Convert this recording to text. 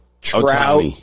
Trout